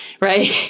Right